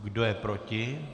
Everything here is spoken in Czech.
Kdo je proti?